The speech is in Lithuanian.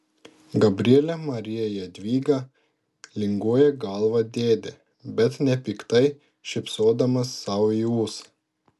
gabriele marija jadvyga linguoja galvą dėdė bet nepiktai šypsodamas sau į ūsą